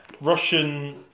Russian